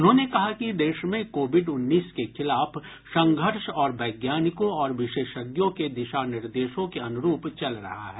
उन्होंने कहा कि देश में कोविड उन्नीस के खिलाफ संघर्ष वैज्ञानिकों और विशेषज्ञों के दिशा निर्देशों के अनुरूप चल रहा है